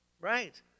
right